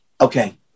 Okay